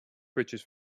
bridges